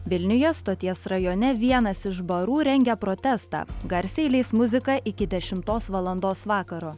vilniuje stoties rajone vienas iš barų rengia protestą garsiai leis muziką iki dešimtos valandos vakaro